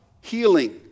healing